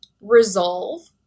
resolve